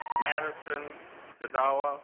madison da da wa